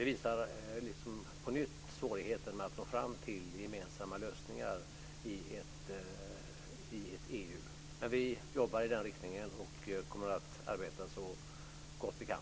Det visar på nytt svårigheten med att nå fram till gemensamma lösningar i EU. Men vi jobbar i den riktningen, och kommer att arbeta så gott vi kan.